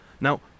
Now